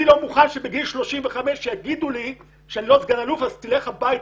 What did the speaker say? אני לא מוכן שבגיל 35 יגידו לי: אתה לא סגן אלוף אז לך הביתה.